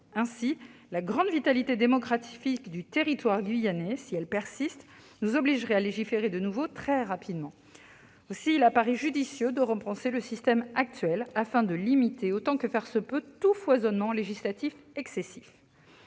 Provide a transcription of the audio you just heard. Ainsi, la grande vitalité démographique du territoire guyanais, si elle persiste, nous obligerait à légiférer de nouveau très rapidement. Aussi, il apparaît judicieux de repenser le système actuel, afin de limiter autant que faire se peut tout foisonnement législatif excessif.